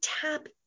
tap